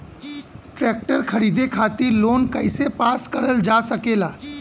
Tractor खरीदे खातीर loan कइसे पास करल जा सकेला?